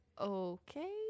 okay